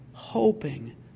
hoping